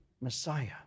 Messiah